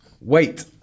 Wait